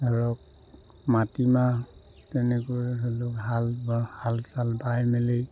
ধৰক মাটিমাহ তেনেকৈ ধৰি লওক হাল হাল চাল বাই মেলি